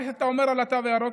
מה שאתה אומר על התו הירוק,